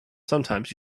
sometimes